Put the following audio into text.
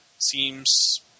seems